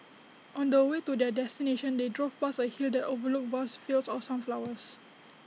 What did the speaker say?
on the way to their destination they drove past A hill that overlooked vast fields of sunflowers